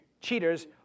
cheaters